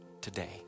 today